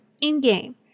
in-game